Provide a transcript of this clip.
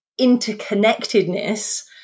interconnectedness